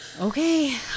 okay